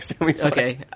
Okay